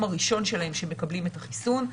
הראשון שלהם כשהם מקבלים את החיסון.